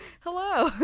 hello